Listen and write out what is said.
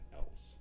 else